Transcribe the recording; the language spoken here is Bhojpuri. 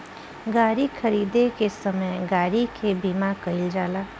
गाड़ी खरीदे के समय गाड़ी के बीमा कईल जाला